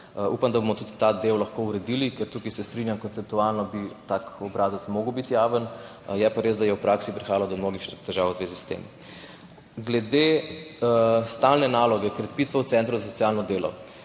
Upam, da bomo tudi ta del lahko uredili, ker tukaj se strinjam, konceptualno bi tak obrazec moral biti javen. Je pa res, da je v praksi prihajalo do mnogih težav v zvezi s tem. Glede stalne naloge krepitve centrov za socialno delo.